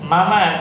Mama